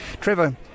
Trevor